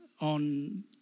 on